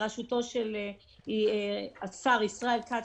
בראשותו של השר ישראל כץ,